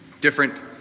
different